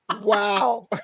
wow